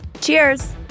Cheers